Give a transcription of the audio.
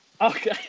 Okay